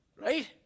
Right